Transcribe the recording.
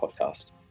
podcast